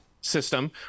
system